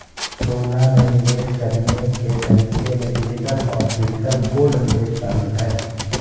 सोना में निवेश करने के तरीके में डिजिटल और फिजिकल गोल्ड निवेश शामिल है